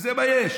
זה מה יש.